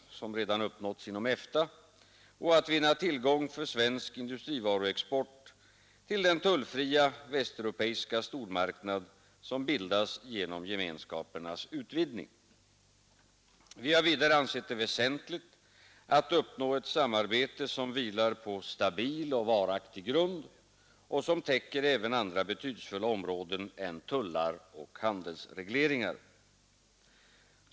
E å 5 Å Tisdagen den uppnåtts inom EFTA och att vinna tillträde för svensk industrivaruex 12 december 1972 port till den tullfria västeuropeiska stormarknad som bildas genom gemen —— säl ; 3 ; PYRPSEDSTN 3 er 3 Avtal med EEC, skapernas utvidgning. Vi har vidare ansett det väsentligt att uppnå ett samarbete som vilar på stabil och varaktig grund och som täcker även andra betydelsefulla områden än tullar och handelsregleringar.